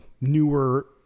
newer